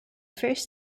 first